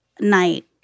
night